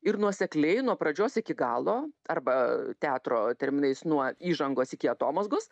ir nuosekliai nuo pradžios iki galo arba teatro terminais nuo įžangos iki atomazgos